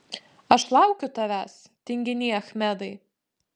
aš laukiu tavęs tinginy achmedai